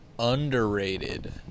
underrated